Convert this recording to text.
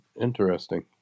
interesting